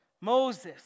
Moses